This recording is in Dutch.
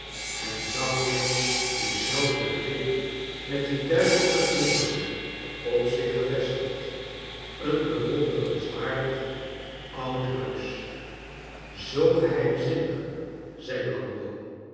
en zag weer dien zelf den blik met dien duivelschen glimlach op zich gevestigd een bewonderenswaardig oud huis zoo geheimzinnig zei